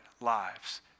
lives